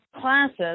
classes